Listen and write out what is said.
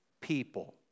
people